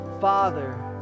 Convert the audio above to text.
Father